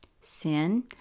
sin